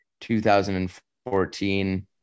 2014